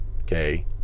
Okay